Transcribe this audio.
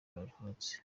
alphonse